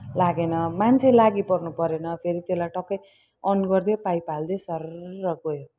लागेन मान्छे लागी पर्नु परेन फेरि त्यसलाई टक्कै अन गरिदियो पाइप हालिदियो सररररर गयो